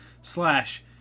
slash